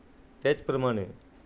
त्याचप्रमाणे